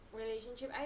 relationship